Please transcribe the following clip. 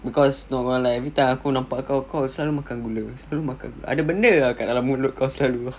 because normal lah everytime aku nampak kau selalu makan gula selalu makan gula ada benda ah kat dalam mulut kau selalu